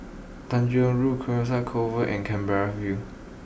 Tanjong Rhu Carcasa Convent and Canberra view